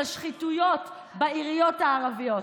לשחיתויות בעיריות הערביות.